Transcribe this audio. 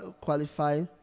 qualify